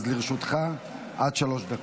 לרשותך עד שלוש דקות.